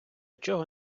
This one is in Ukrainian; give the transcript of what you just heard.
чого